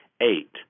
Eight